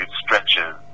stretches